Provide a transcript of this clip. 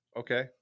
okay